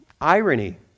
Irony